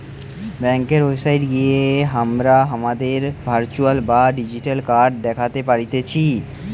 ব্যাংকার website গিয়ে হামরা হামাদের ভার্চুয়াল বা ডিজিটাল কার্ড দ্যাখতে পারতেছি